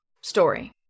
Story